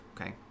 okay